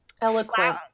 Eloquent